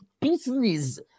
business